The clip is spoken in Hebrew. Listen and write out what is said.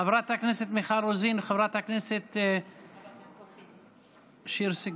חברת הכנסת מיכל רוזין וחברת הכנסת שיר סגמן?